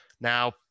now